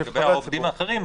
לגבי העובדים האחרים,